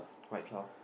white cloth